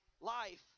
life